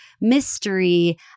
mystery